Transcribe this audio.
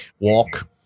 Walk